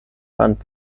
fand